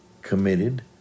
committed